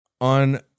on